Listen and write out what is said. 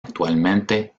actualmente